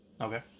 Okay